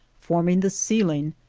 forming the ceiling,